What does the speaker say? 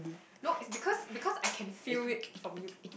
no it's because because I can feel it from you